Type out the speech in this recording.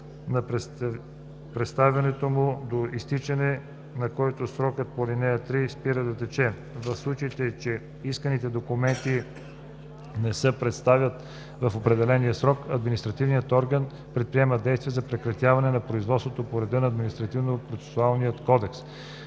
за представянето му, до изтичането на който срокът по ал. 3 спира да тече. В случай че исканите документи не се представят в определения срок, административният орган предприема действия за прекратяване на производството по реда на Административнопроцесуалния кодекс.“